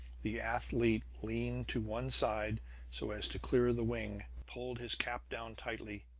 the athlete leaned to one side so as to clear the wing, pulled his cap down tightly,